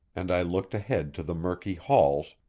and i looked ahead to the murky halls,